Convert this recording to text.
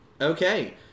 Okay